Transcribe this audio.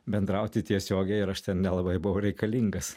bendrauti tiesiogiai ir aš ten nelabai buvau reikalingas